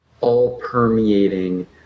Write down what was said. all-permeating